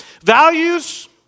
Values